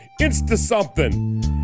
Insta-something